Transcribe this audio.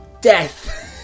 death